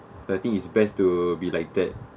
so I think it's best to be like that